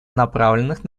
направленных